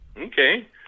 Okay